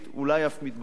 אולי אף מתבקשת,